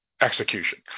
execution